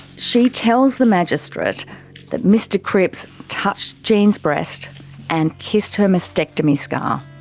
she tells the magistrate that mr cripps touched jenny's breast and kissed her mastectomy scar.